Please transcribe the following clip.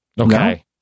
Okay